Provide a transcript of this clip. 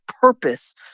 purpose